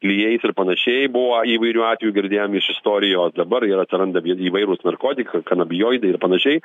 klijais ir panašiai buvo įvairių atvejų girdėjom iš istorijos dabar yra atsiranda įvairūs narkotikai kanabijoidai ir panašiai